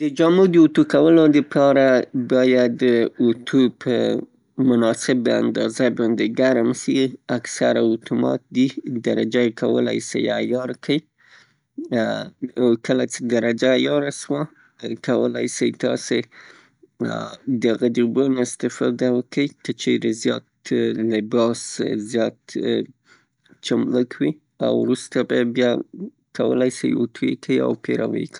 د جامو د اوتو کولو لپاره باید اوتو په مناسبه اندازه باندې ګرم سي، اکثراً اوتومات دي، درجه یې کولای سئ عیار کړئ. کله چه درجه عیاره سوه کولای سئ تاسې د هغه د اوبو نه استفاده وکئ، که چیرې زیات، لباس زیات چملک وي او وروسته به بیا کولای سئ اوتو یې کړئ او پرې راوې.